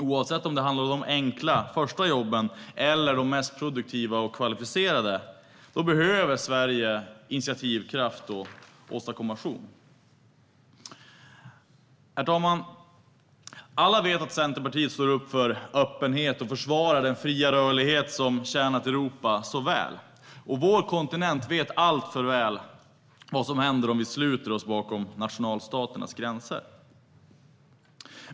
Oavsett om det handlar om de enkla förstajobben eller om de mest produktiva och kvalificerade jobben behöver Sverige initiativkraft och "åstadkommation". Herr talman! Alla vet att Centerpartiet står upp för öppenhet och försvarar den fria rörlighet som tjänat Europa så väl. Vår kontinent vet alltför väl vad som händer om vi sluter oss bakom nationalstaternas gränser.